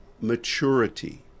maturity